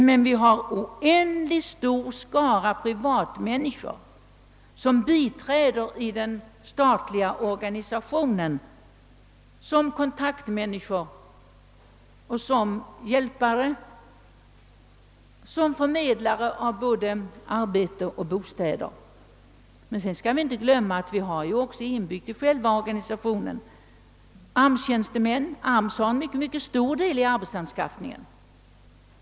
Men vi har en oändligt stor skara privata människor som biträder den statliga organisationen som kontakter, som hjälpare och förmedlare av både arbete och bostäder. Vi skall inte glömma att i kriminalvårdsorganisationen också ingår AMS tjänstemän — AMS ombesörjer en mycket stor del av arbetsanskaffningen.